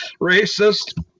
racist